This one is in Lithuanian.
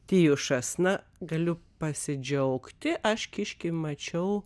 tijušas na galiu pasidžiaugti aš kiškį mačiau